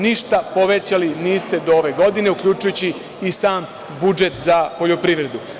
Ništa povećali niste do ove godine, uključujući i sam budžet za poljoprivredu.